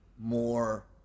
more